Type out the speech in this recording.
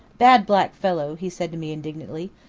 bad black fellow, he said to me indignantly.